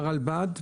הרלב"ד,